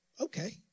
okay